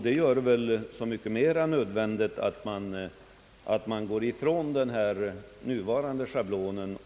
Detta torde göra det så mycket mer nödvändigt att den nuvarande schablonen överges och att beloppet om möjligt höjs.